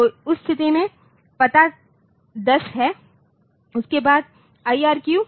तो उस स्थिति में पता 10 है और उसके बाद आईआरक्यू